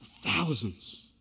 Thousands